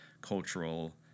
cultural